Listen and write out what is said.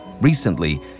Recently